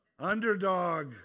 Underdog